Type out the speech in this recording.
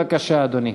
בבקשה, אדוני.